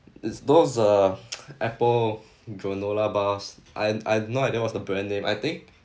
it's those uh apple granola bars I had I have no idea what's the brand name I think